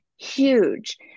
Huge